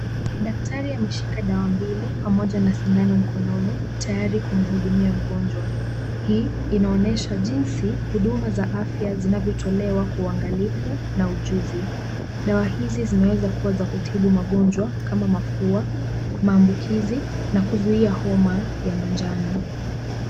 Daktari ameshika dawa mbili pamoja na sindano mkononi tayari kumhudumia mgonjwa. Hii inaonyesha jinsi huduma za afya zinavyotolewa kwa uangalifu na ujuzi. Dawa hizi zinaweza kuwa za kutibu magonjwa kama mafua, maambukizi na kuzuia homa ya manjano.